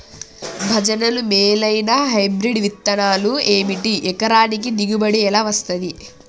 భజనలు మేలైనా హైబ్రిడ్ విత్తనాలు ఏమిటి? ఎకరానికి దిగుబడి ఎలా వస్తది?